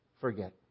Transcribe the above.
forget